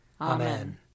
Amen